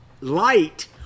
light